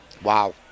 Wow